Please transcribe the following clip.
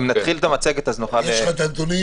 אם נתחיל את המצגת אז נוכל --- יש לך את הנתונים,